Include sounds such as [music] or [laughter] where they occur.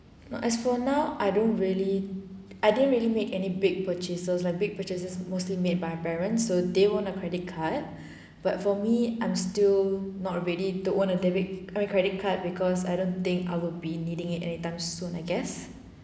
as for now I don't really I didn't really make any big purchases like big purchases mostly made by parents so they own a credit card [breath] but for me I'm still not ready to own a debit I mean credit card because I don't think I will be needing it anytime soon I guess